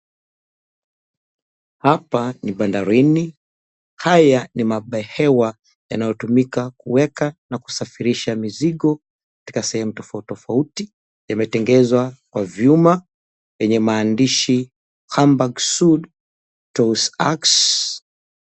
Hapa ni bandarini. Haya ni mabehewa yanayotumika kuweka na kusafirisha mizigo katika sehemu tofauti tofauti. Yametengenezwa kwa vyuma yenye mahandishi, "Hamburg Sud Tos-aks."